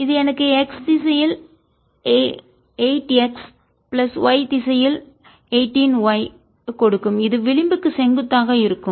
இது எனக்கு x திசையில் 8 x பிளஸ் y திசையில் 18y ஐ கொடுக்கும் இது விளிம்புக்கு செங்குத்தாக இருக்கும்